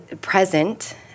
present